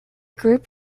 group